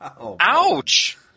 Ouch